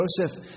Joseph